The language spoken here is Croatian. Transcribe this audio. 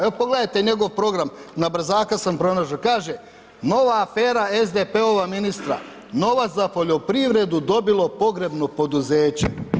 Evo pogledajte njegov program, nabrzaka sam pronašao, kaže, nova afera SDP-ova ministra, novac za poljoprivredu dobilo pogrebno poduzeće.